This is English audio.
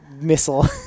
missile